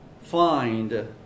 find